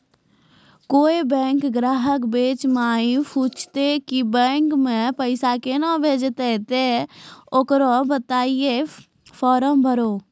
कोय बैंक ग्राहक बेंच माई पुछते की बैंक मे पेसा केना भेजेते ते ओकरा बताइबै फॉर्म भरो